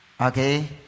Okay